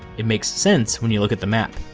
it makes sense when you look at the map.